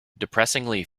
depressingly